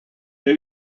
new